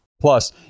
Plus